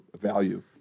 value